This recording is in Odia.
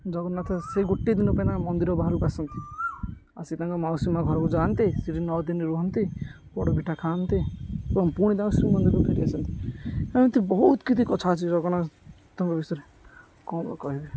ଜଗନ୍ନାଥ ସେ ଗୋଟେ ଦିନ ପାଇଁ ମନ୍ଦିର ବାହାରକୁ ଆସନ୍ତି ଆସି ତାଙ୍କ ମାଉସୀ ମା ଘରକୁ ଯାଆନ୍ତି ସେଠି ନଅ ଦିନି ରୁହନ୍ତି ସେଠି ପୋଡ଼ପିଠା ଖାଆନ୍ତି ଏବଂ ପୁଣି ତାସ ମନ୍ଦିରକୁ ଫେରି ଆସନ୍ତି ଏମିତି ବହୁତ କିଛି କଥା ଅଛି ଜଗନ୍ନାଥଙ୍କ ବିଷୟରେ କଣ ବା କହିବି